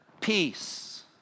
peace